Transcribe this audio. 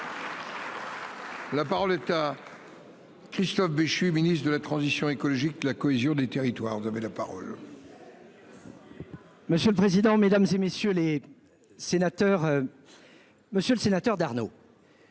La parole est à. Christophe Béchu, ministre de la transition écologique la cohésion des territoires, vous avez la parole. Monsieur le président, Mesdames, et messieurs les sénateurs. Monsieur le Sénateur d'Arnaud.